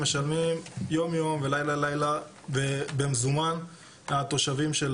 משלמים יום-יום ולילה-לילה במזומן התושבים של